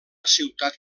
ciutat